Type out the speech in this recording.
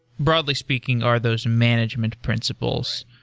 broadly speaking, are those management principles.